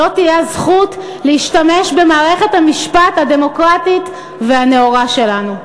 לא תהיה הזכות להשתמש במערכת המשפט הדמוקרטית והנאורה שלנו.